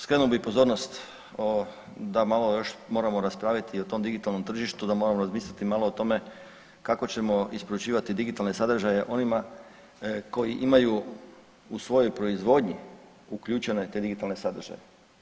Skrenuo bi pozornost da malo još moramo raspraviti o tom digitalnom tržištu, da moramo razmisliti malo o tome kako ćemo isporučivati digitalne sadržaje onima koji imaju u svojoj proizvodnji uključene te digitalne sadržaje.